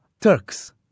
Turks